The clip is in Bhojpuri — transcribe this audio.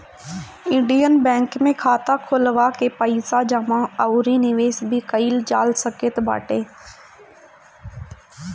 इंडियन बैंक में खाता खोलवा के पईसा जमा अउरी निवेश भी कईल जा सकत बाटे